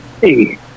Hey